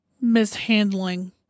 mishandling